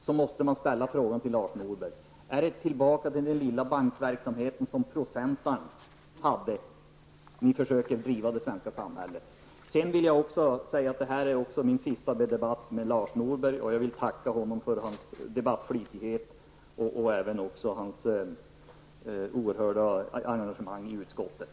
Då måste man ställa frågan: Är det tillbaka till den lilla bankverksamheten som procentaren hade som ni försöker driva det svenska samhället? Jag vill också gärna säga att detta är min sista debatt med Lars Norberg. Jag vill tacka honom för hans debattflitighet och hans oerhörda engagemang i utskottet.